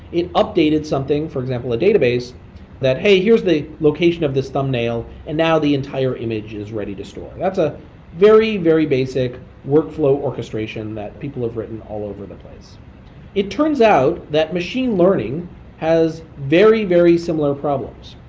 it updated something, for example a database that hey, here's the location of this thumbnail and now the entire image is ready to store. that's a very, very basic workflow orchestration that people have written all over the place it turns out that machine learning has very, very similar problems.